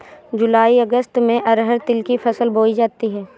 जूलाई अगस्त में अरहर तिल की फसल बोई जाती हैं